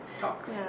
talks